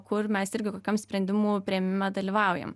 kur mes irgi kokiam sprendimų priėmime dalyvaujam